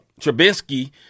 Trubisky